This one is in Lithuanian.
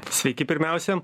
sveiki pirmiausia